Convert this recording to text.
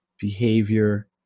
behavior